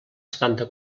setanta